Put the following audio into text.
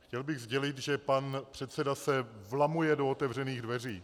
Chtěl bych sdělit, že pan předseda se vlamuje do otevřených dveří.